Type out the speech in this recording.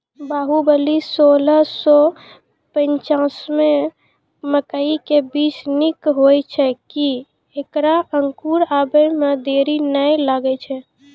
बाहुबली सोलह सौ पिच्छान्यबे मकई के बीज निक होई छै किये की ऐकरा अंकुर आबै मे देरी नैय लागै छै?